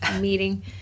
meeting